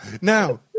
Now